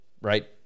right